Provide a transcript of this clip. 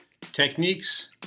techniques